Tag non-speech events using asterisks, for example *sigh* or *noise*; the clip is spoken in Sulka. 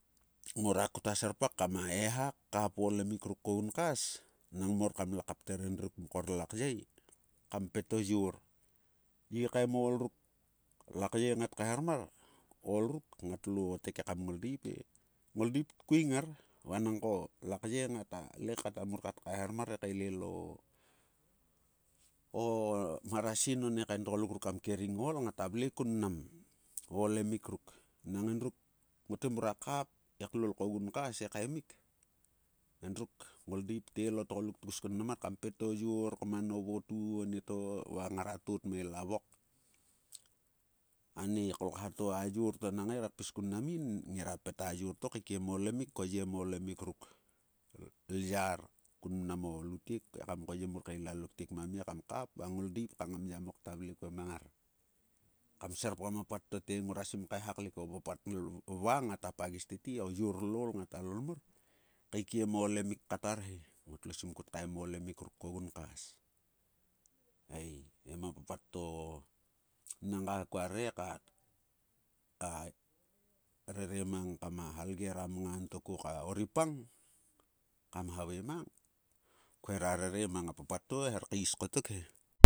Elekmor, mang ngua ngorsang to kuon, mor kmotpum mor he ka vle, kam vlelya, mor kam sirei, anieto ngera ngae mnam, iles o i oryel iornopaek ngara sirei kun mnam a vle to edo kaikiem ko ngot kaelelha ngot kaeha kmel kuo mang ngor, mang o papat ane vnek, anieto na kaol, ila vok nera menglol, nerakongngek. Nang ngiaho kaeha o ngere sia ring pmin hak. A ngaiting langto a ngaiting langto kama klang o relot, ruk ngom kaemik va ngoma kol a kre or mar ta le kata mur kat kaeharmar e kaelel o o marasin one kaen tgoluk ruk kam kering o ool, ngata vle kun mnam o oolemik ruk. Nang endruk, ngote mrua kaap, e klol ko gunkas ekaemik, endruk ngoldeip tel o tgoluk tgus kun mnam mar kam pet o yor, kman ovotu, anieto, va ngara tot ma ila vok, ane kolkha to ayor to na nage re kpis kun namin *hesitation* ngera pet a yorto kaikiem o oolemik ko yiem o oolemik ruk *hesitation* lyar kun mnam o lutk ekamko ye mur kael ilalo ktiek ma mie kam kap va ngoldeip ka ngamyamok ta vle kuo mang ngar. Kam serpgam a pat to te ngruasim kaeha klik. O papat *hesitation* vana ngata pagis tete, o yer llaol ngata lolmor, kaikiem o oolemik kat arhe. Ngotlo sim kut kaem o oolemik ruk lo gunkas. Eii ema papat to nangga kua re ka *hesitation* rere mang kama halger a mngan to koka oripang, kamhavae mang, khuera rere mang a papat to, her kais kotok he.